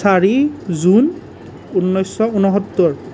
চাৰি জুন ঊনৈছশ ঊনসত্তৰ